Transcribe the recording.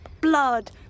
Blood